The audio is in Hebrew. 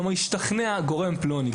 כלומר השתכנע גורם פלוני,